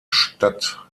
stadt